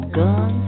gun